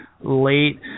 late